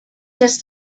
just